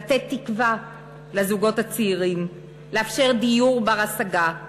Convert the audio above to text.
לתת תקווה לזוגות הצעירים, לאפשר דיור בר-השגה,